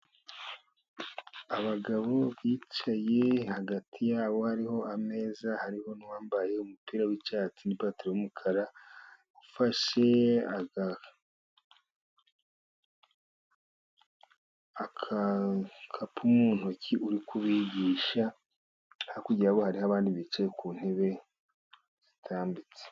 Abagabo bicaye hagati yabo hariho ameza, hariho uwambaye umupira w'icyatsi, ipantaro y'umukara, ufashe agakapu mu ntoki uri kubigisha, hakurya yabo hari abandi bicaye ku ntebe zitambitse.